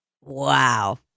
wow